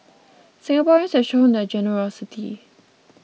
Singaporeans have shown their generosity